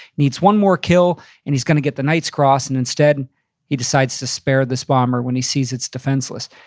needs one more kill, and he's gonna get the knight's cross. and instead he decides to spare this bomber when he sees it's defenseless.